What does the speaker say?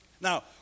Now